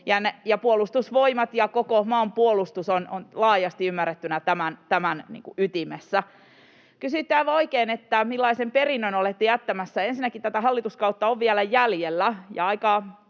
Puolustusvoimat ja koko maanpuolustus ovat laajasti ymmärrettynä tämän ytimessä. Kysyitte aivan oikein, että ”millaisen perinnön olette jättämässä”. Ensinnäkin tätä hallituskautta on vielä jäljellä,